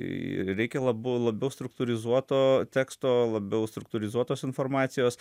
reikia labu labiau struktūrizuoto teksto labiau struktūrizuotos informacijos